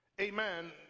amen